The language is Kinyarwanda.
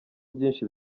byinshi